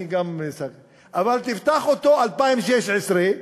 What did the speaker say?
אבל תפתח אותו ב-2016,